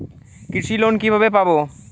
কৃষি লোন কিভাবে পাব?